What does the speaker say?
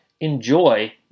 Enjoy